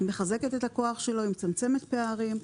היא מחזקת את הכוח שלו, היא מצמצמת פערים.